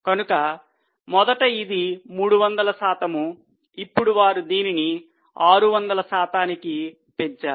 కనుక మొదట ఇది 300 శాతము ఇప్పుడు వారు దీనిని 600 శాతానికి పెంచారు